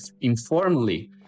informally